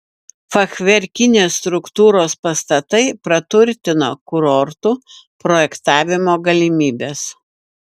fachverkinės struktūros pastatai praturtino kurortų projektavimo galimybes